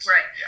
Right